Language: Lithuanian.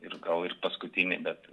ir gal ir paskutinį bet